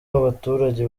w’abaturage